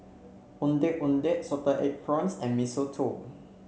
Ondeh Ondeh Salted Egg Prawns and Mee Soto